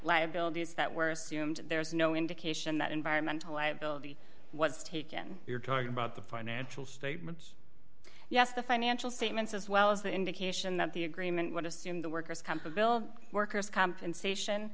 liabilities that were assumed there's no indication that environmental liability was taken you're talking about the financial statements yes the financial statements as well as the indication that the agreement would assume the worker's comp a bill worker's compensation